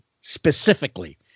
specifically